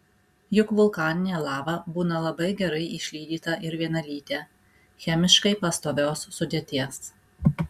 juk vulkaninė lava būna labai gerai išlydyta ir vienalytė chemiškai pastovios sudėties